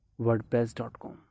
WordPress.com